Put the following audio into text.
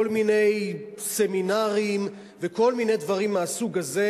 כל מיני סמינרים וכל מיני דברים מהסוג הזה,